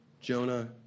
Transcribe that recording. Jonah